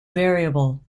variable